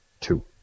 two